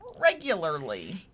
regularly